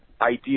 idea